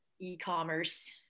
e-commerce